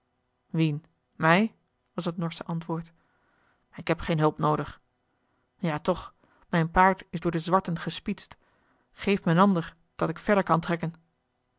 wien mij was het norsche antwoord ik heb geen hulp noodig ja toch mijn paard is door de zwarten gespietst geef me een ander dat ik verder kan trekken